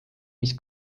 mis